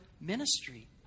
ministry